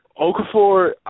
Okafor